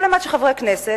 כל אימת שחברי כנסת,